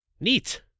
Neat